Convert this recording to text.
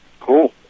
Cool